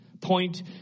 Point